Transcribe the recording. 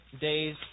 days